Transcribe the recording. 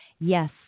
yes